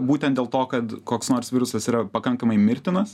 būtent dėl to kad koks nors virusas yra pakankamai mirtinas